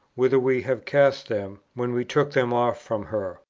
whither we have cast them, when we took them off from her.